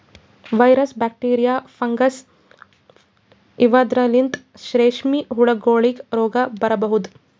virus, bacteria, fungi ಇವದ್ರಲಿಂತ್ ರೇಶ್ಮಿ ಹುಳಗೋಲಿಗ್ ರೋಗ್ ಬರಬಹುದ್